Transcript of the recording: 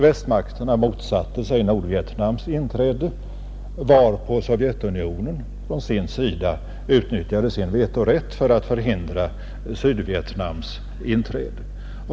Västmakterna motsatte sig Nordvietnams inträde, varpå Sovjetunionen på sin sida utnyttjade sin vetorätt för att förhindra Sydvietnams inträde.